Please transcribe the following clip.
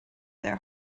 their